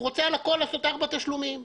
הוא רוצה לפרוס את הכול לארבעה תשלומים.